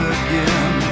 again